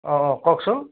অঁ অঁ কওকচোন